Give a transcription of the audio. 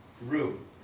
room